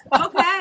Okay